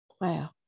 Wow